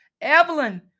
Evelyn